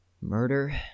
murder